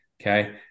Okay